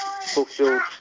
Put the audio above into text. fulfilled